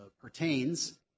pertains